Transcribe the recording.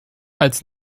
als